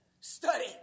Study